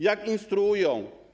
Jak instruują?